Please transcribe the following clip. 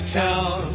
town